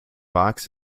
box